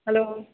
hello